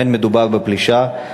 לא מדובר בפלישה,